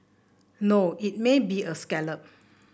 no it may be a scallop